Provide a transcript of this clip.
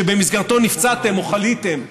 שבמסגרתו נפצעתם או חליתם,